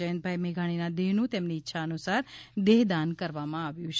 જયંતભાઇ મેઘાણીના દેહનું તેમની ઇચ્છા અનુસાર દેહદાન કરવામાં આવ્યું છે